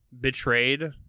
Betrayed